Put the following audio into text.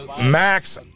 Max